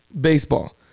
baseball